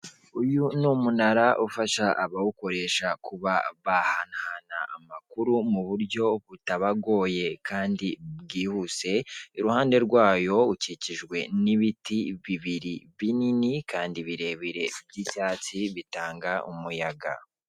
Uyu ni umunara ufasha abawukoresha kuba bahanahana amakuru mu buryo butabagoye kandi bwihuse, iruhande rwayo ukikijwe n'ibiti bibiri binini kandi birebire by'icyatsi bitanga umuyaga.